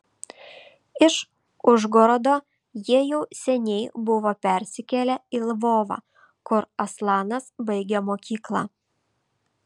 iš užgorodo jie jau seniai buvo persikėlę į lvovą kur aslanas baigė mokyklą